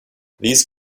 these